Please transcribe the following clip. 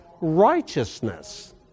righteousness